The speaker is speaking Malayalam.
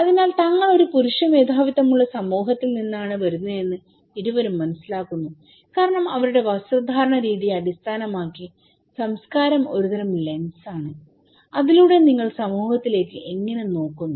അതിനാൽ തങ്ങൾ ഒരു പുരുഷ മേധാവിത്വമുള്ള സമൂഹത്തിൽ നിന്നാണ് വരുന്നതെന്ന് ഇരുവരും മനസ്സിലാക്കുന്നു കാരണം അവരുടെ വസ്ത്രധാരണ രീതിയെ അടിസ്ഥാനമാക്കി സംസ്കാരം ഒരു തരം ലെൻസാണ് അതിലൂടെ നിങ്ങൾ സമൂഹത്തിലേക്ക് എങ്ങനെ നോക്കുന്നു